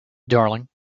darling